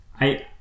I-